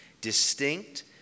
distinct